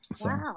Wow